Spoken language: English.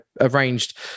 arranged